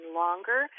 longer